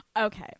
Okay